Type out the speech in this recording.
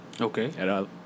Okay